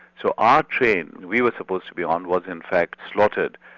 so our train we were supposed to be on, was in fact slaughtered,